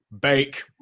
Bake